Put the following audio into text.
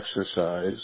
exercise